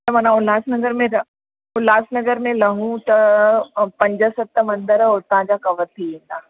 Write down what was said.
माना उल्हासनगर में त उल्हासनगर में लहूं त पंज सत मंदर उतां जा कवरु थी वेंदा